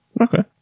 Okay